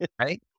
right